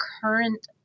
current